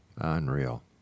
Unreal